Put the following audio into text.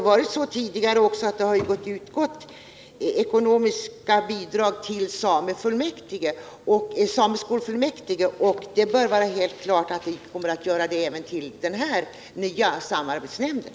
Det har ju tidigare varit så att det utgått ekonomiska bidrag till sameskolfullmäktige, och det bör vara helt klart att bidrag kommer att utgå även till samarbetsnämnden.